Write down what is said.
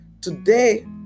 Today